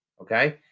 Okay